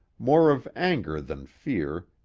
more of anger than fear,